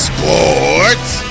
Sports